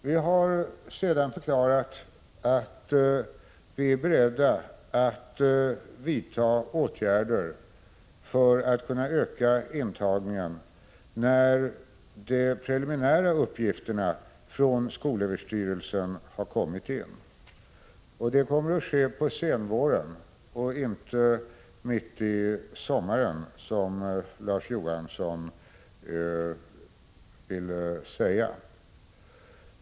Vi har sedan förklarat att vi är beredda att vidta åtgärder för att kunna öka intagningen när de preliminära uppgifterna från skolöverstyrelsen har kommit in. Det kommer att ske på senvåren och inte mitt i sommaren, som Larz Johansson påstod.